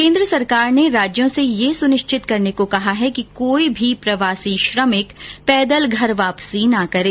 केन्द्र सरकार ने राज्यों से यह सुनिश्चित करने को कहा है कि कोई भी प्रवासी श्रमिक पैदल घर वापसी ना करें